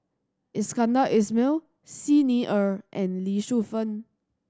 Iskandar Ismail Xi Ni Er and Lee Shu Fen